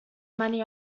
money